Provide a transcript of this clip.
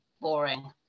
boring